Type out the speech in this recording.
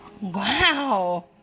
Wow